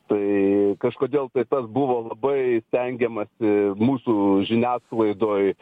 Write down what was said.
tai kažkodėl tai tas buvo labai stengiamasi mūsų žiniasklaidoj